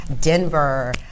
Denver